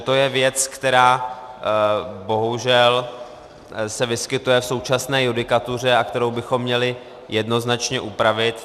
To je věc, která se bohužel vyskytuje v současné judikatuře a kterou bychom měli jednoznačně upravit.